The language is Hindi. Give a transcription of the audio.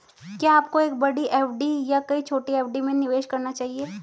क्या आपको एक बड़ी एफ.डी या कई छोटी एफ.डी में निवेश करना चाहिए?